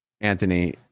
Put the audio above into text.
Anthony